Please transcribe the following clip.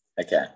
Okay